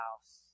house